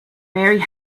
mary